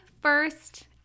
first